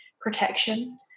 protection